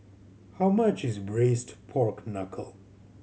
how much is Braised Pork Knuckle